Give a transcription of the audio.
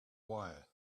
wire